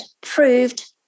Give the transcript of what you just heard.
proved